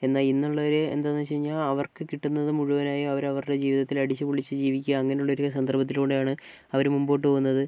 എന്നാൽ ഇന്നുള്ളവര് എന്താന്ന് വെച്ചുകഴിഞ്ഞാൽ അവർക്ക് കിട്ടുന്നത് മുഴുവനായും അവർ അവരുടെ ജീവിതത്തിൽ അടിച്ചുപൊളിച്ച് ജീവിക്കുക അങ്ങിനെയുള്ളൊരു സന്ദർഭത്തിലൂടെയാണ് അവര് മുമ്പോട്ട് പോവുന്നത്